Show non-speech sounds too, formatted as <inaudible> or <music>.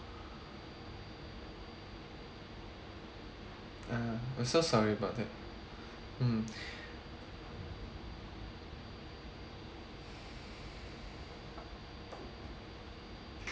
uh so sorry about that mm <breath>